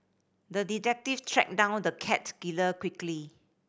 the detective tracked down the cat killer quickly